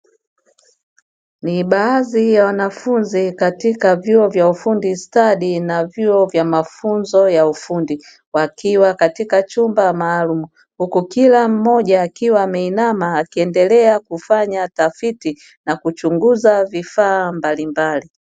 Ni baadhi ya wanafunzi katika vyuo vya ufundi stadi na vyuo vya mafunzo ya ufundi, wakiwa katika chumba maalumu huku kila mmoja akiwa ameinama akiendelea kufanya tafiti na kuchunguza vifaa mbalimbali.